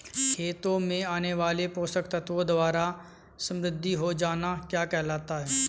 खेतों में आने वाले पोषक तत्वों द्वारा समृद्धि हो जाना क्या कहलाता है?